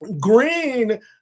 Green